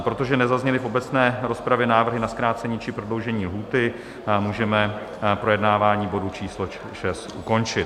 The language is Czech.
Protože nezazněly v obecné rozpravě návrhy na zkrácení či prodloužení lhůty, můžeme projednávání bodu číslo 6 ukončit.